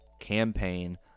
Campaign